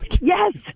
Yes